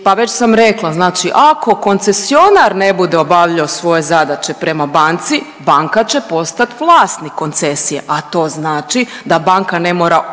pa već sam rekla, znači ako koncesionar ne bude obavljao svoje zadaće prema banci, banka će postat vlasnik koncesije, a to znači da banka ne mora uopće